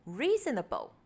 reasonable